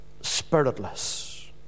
spiritless